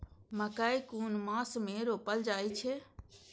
मकेय कुन मास में रोपल जाय छै?